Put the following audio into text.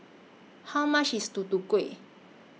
How much IS Tutu Kueh